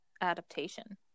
adaptation